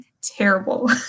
terrible